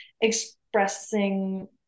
expressing